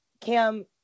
Cam